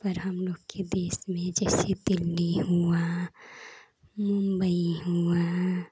पर हमलोगों के देश के ही जैसे दिल्ली हुई मुम्बई हुआ